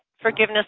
forgiveness